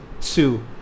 two